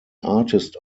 artist